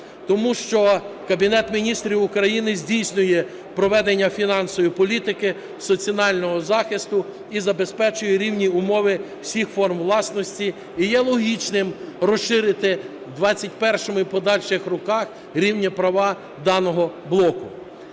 тому що Кабінет Міністрів України здійснює проведення фінансової політики соціального захисту і забезпечує рівні умови всіх форм власності, і є логічним розширити в 21-му і подальших роках рівні права даного блоку.